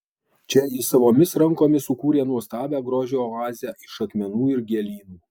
čia ji savomis rankomis sukūrė nuostabią grožio oazę iš akmenų ir gėlynų